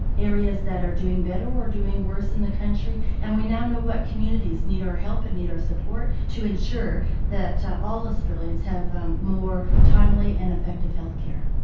areas that are doing better or doing worse in the country, and we now know what communities need our help and need our support to ensure that all australians have um more timely and effective healthcare.